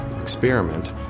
experiment